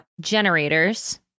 Generators